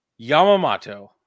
Yamamoto